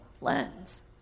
lens